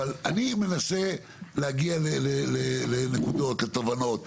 אבל אני מנסה להגיע לנקודות לתובנות,